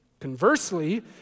Conversely